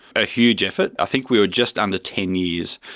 a huge effort. i think we were just under ten years.